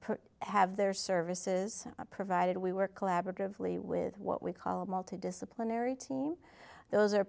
put have their services provided we work collaboratively with what we call multidisciplinary team those are